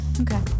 Okay